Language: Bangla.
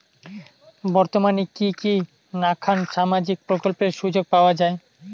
বর্তমানে কি কি নাখান সামাজিক প্রকল্পের সুযোগ পাওয়া যায়?